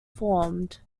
formed